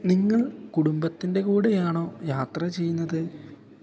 നിങ്ങൾ കുടുംബത്തിൻ്റെ കൂടെയാണോ യാത്ര ചെയ്യുന്നത്